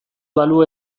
balu